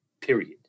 Period